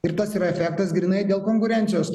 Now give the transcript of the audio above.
ir tas yra efektas grynai dėl konkurencijos